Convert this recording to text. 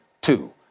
two